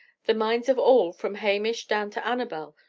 the minds of all, from hamish down to annabel,